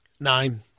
Nine